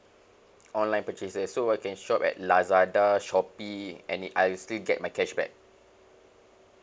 online purchases so I can shop at Lazada Shopee any I still get my cashback